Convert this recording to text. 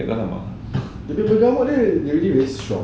dia punya bergamot dia already very strong